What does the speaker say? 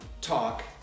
talk